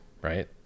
right